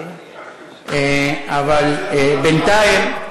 אבל בינתיים,